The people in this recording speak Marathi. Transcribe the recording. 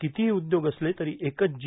कितीही उद्योग असले तरी एकच जी